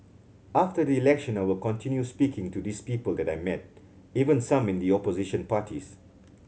after the election I will continue speaking to these people that I met even some in the opposition parties